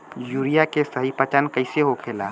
Urea के सही पहचान कईसे होखेला?